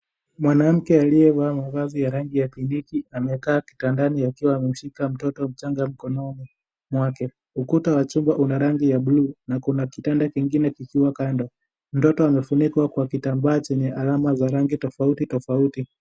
Mwanamke aliyevaa mavazi ya rangi ya kindiki, amekaa kitandini akiwa anashika mtoto mchanga mkononi mwake. Ukuta wa chumba una rangi ya blue na kuna kitanda kingine kikiwa kando. Mtoto amefunikwa kwa kitambaa chenye alama za rangi tofauti tofauti.